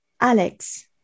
Alex